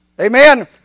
Amen